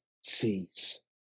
sees